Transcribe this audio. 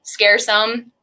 scaresome